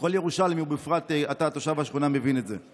כל ירושלמי, ובפרט אתה, תושב השכונה, מבין את זה.